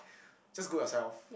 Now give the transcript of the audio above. just go yourself